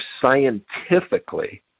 scientifically